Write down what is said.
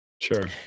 Sure